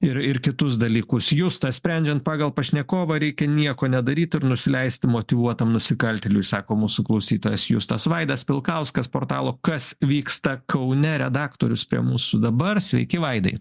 ir ir kitus dalykus justas sprendžiant pagal pašnekovą reikia nieko nedaryt ir nusileist motyvuotam nusikaltėliui sako mūsų klausytojas justas vaidas pilkauskas portalo kas vyksta kaune redaktorius prie mūsų dabar sveiki vaidai